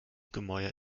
gemäuer